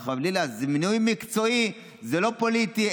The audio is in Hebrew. חלילה, זה מינוי מקצועי, זה לא פוליטי.